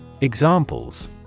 Examples